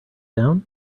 down